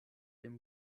dem